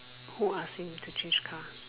who ask him to change car